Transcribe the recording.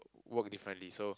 work differently so